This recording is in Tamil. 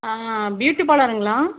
ப்யூட்டி பார்லருங்களா